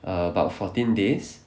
about fourteen days